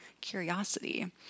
curiosity